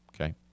okay